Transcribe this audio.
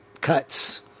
cuts